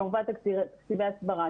כמובן תקציבי הסברה,